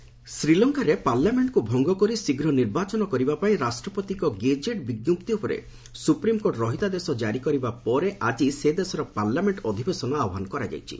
Sri Lanka parliament ଶ୍ରୀଲଙ୍କାରେ ପାର୍ଲାମେଷ୍ଟକୁ ଭଙ୍ଗ କରି ଶୀଘ୍ର ନିର୍ବାଚନ କରିବା ପାଇଁ ରାଷ୍ଟ୍ରପତିଙ୍କ ଗେଜେଟ୍ ବିଞ୍ଜପ୍ତି ଉପରେ ସୁପ୍ରିମ୍କୋର୍ଟ ରହିତାଦେଶ କ୍ୱାରି କରିବା ପରେ ଆଜି ସେ ଦେଶର ପାର୍ଲାମେଣ୍ଟ ଅଧିବେଶନ ଆହ୍ବାନ କରାଯାଇଛି